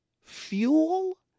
fuel